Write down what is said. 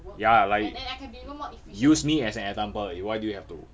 ya like use me as an example eh why do you have to